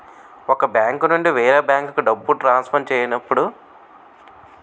ఒక బ్యాంకు నుండి వేరే బ్యాంకుకు డబ్బును ట్రాన్సఫర్ ఏవైనా ఫైన్స్ ఉంటాయా?